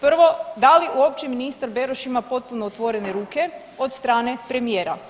Prvo da li uopće ministar Beroš ima potpuno otvorene ruke od strane premijera?